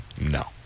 no